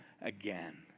again